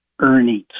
earnings